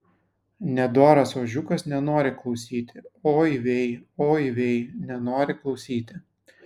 nedoras ožiukas nenori klausyti oi vei oi vei nenori klausyti